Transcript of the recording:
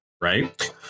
right